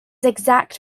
exact